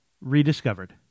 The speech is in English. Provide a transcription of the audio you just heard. rediscovered